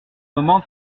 moment